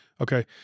okay